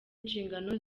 inshingano